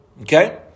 Okay